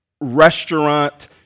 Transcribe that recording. restaurant